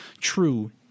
true